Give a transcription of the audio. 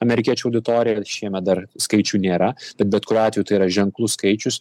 amerikiečių auditoriją ir šiemet dar skaičių nėra tai bet kuriuo atveju tai yra ženklus skaičius